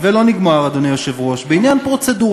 ועוד לא נגמר, אדוני היושב-ראש, בעניין פרוצדורלי,